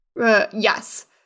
Yes